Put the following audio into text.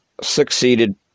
succeeded